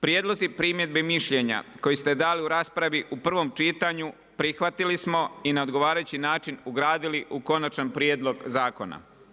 Prijedlozi, primjedbe i mišljenja koje ste dali u raspravi u prvom čitanju prihvatili smo i na odgovarajući način ugradili u konačan prijedlog zakona.